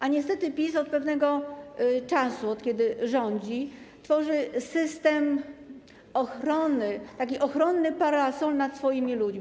A niestety PiS od pewnego czasu, od kiedy rządzi, tworzy system ochrony... taki ochronny parasol nad swoimi ludźmi.